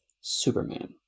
Superman